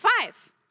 Five